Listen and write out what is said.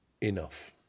enough